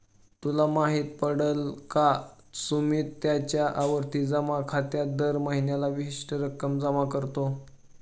तुला माहित पडल का? सुमित त्याच्या आवर्ती जमा खात्यात दर महीन्याला विशिष्ट रक्कम जमा करतो